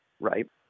right